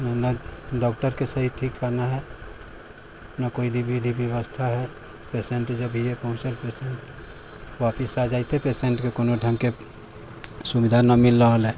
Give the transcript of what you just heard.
ना डॉक्टरके सही ठीक ना हइ ना कोइ विधि व्यवस्था हइ पेसेंट जे भी हइ पहुँचल पेसेंट वापिस आ जेतै पेसेंटके कोनो ढङ्गके सुविधा ना मिल रहल हइ